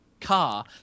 car